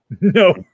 No